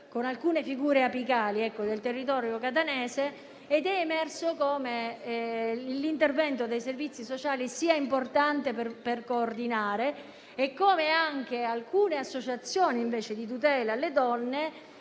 con figure apicali del territorio catanese, ed è emerso come l'intervento dei servizi sociali sia importante per coordinare e come, invece, l'intervento di alcune associazioni di tutela delle donne